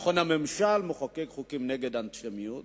נכון שהממשל מחוקק חוקים נגד האנטישמיות.